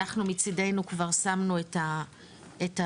אנחנו מצידנו כבר שמנו את התקציבים.